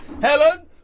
Helen